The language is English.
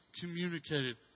communicated